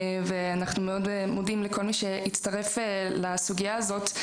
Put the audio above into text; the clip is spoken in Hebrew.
ואנחנו מאוד מודים לכל מי שהצטרף לסוגיה הזאת.